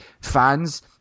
fans